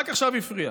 רק עכשיו הפריע.